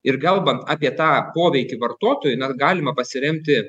ir kalbant apie tą poveikį vartotojui na galima pasiremti